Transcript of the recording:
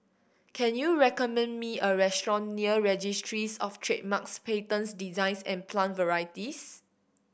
can you recommend me a restaurant near Registries Of Trademarks Patents Designs and Plant Varieties